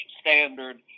standard